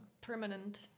permanent